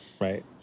Right